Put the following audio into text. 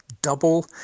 double